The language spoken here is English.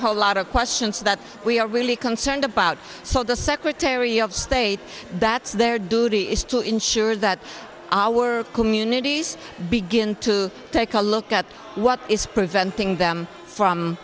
whole lot of questions that we are really concerned about so the secretary of state that's their duty is to ensure that our communities begin to take a look at what is preventing them from